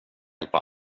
hjälpa